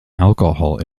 alcohol